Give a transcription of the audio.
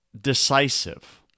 decisive